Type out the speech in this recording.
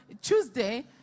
Tuesday